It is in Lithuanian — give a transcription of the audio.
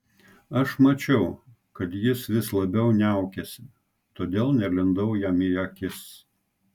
aš mačiau kad jis vis labiau niaukiasi todėl nelindau jam į akis